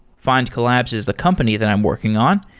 findcollabs is the company that i'm working on,